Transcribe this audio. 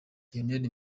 lionel